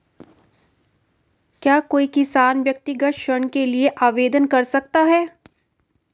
क्या कोई किसान व्यक्तिगत ऋण के लिए आवेदन कर सकता है?